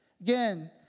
Again